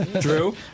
Drew